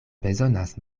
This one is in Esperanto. bezonas